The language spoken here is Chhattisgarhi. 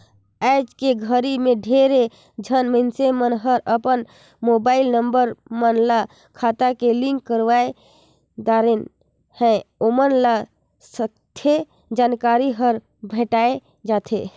आइज के घरी मे ढेरे झन मइनसे मन हर अपन मुबाईल नंबर मन ल खाता ले लिंक करवाये दारेन है, ओमन ल सथे जानकारी हर भेंटाये जाथें